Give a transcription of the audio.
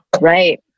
Right